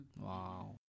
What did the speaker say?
Wow